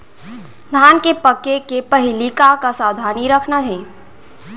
धान के पके के पहिली का का सावधानी रखना हे?